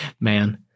man –